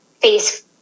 face